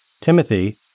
Timothy